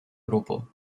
grupo